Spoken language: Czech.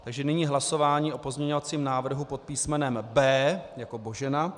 Takže nyní hlasování o pozměňovacím návrhu pod písmenem B jako Božena.